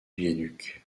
viaduc